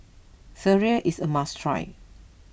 Sireh is a must try